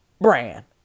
Brand